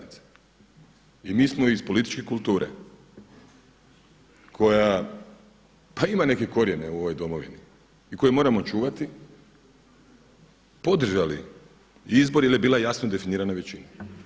I mi smo iz političke kulture koja pa ima neke korijene u ovoj domovini i koje moramo čuvati podržali izbor jer je bila jasno definirana većina.